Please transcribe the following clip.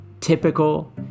typical